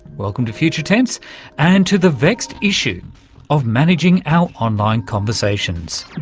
welcome to future tense and to the vexed issue of managing our online conversations.